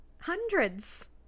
hundreds